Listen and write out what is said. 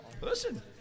listen